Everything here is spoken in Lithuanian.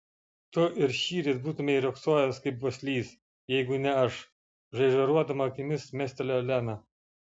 tu ir šįryt būtumei riogsojęs kaip baslys jeigu ne aš žaižaruodama akimis mestelėjo lena